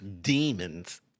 demons